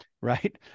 right